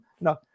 no